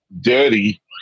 dirty